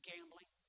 Gambling